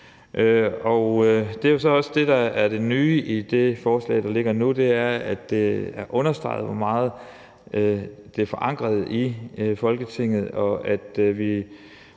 Det er så også det, der er det nye i det forslag, der ligger nu, nemlig at det er understreget, hvor meget det er forankret i Folketinget. Så kan der